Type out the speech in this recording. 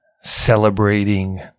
celebrating